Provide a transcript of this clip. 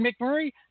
McMurray